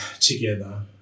together